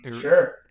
Sure